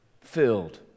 filled